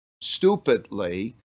stupidly